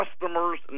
customers